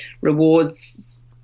rewards